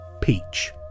Peach